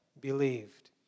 believed